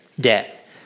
debt